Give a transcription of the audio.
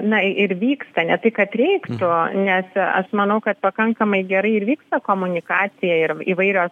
na ir vyksta ne tai kad reiktų nes aš manau kad pakankamai gerai ir vyksta komunikacija ir įvairios